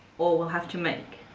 or will have to make.